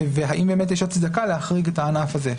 והאם באמת יש הצדקה להחריג את הענף הזה.